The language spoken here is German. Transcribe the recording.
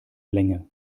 länge